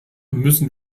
müssen